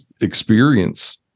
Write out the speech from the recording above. experience